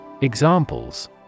Examples